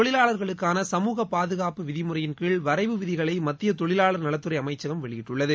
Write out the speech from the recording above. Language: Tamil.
தொழிலாளர்களுக்கான சமூக பாதுகாப்பு விதிமுறையின் கீழ் வரைவு விதிகளை மத்திய தொழிலாளர் நலத்துறை அமைச்சகம் வெளியிட்டுள்ளது